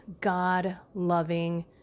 God-loving